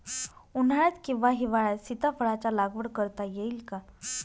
उन्हाळ्यात किंवा हिवाळ्यात सीताफळाच्या लागवड करता येईल का?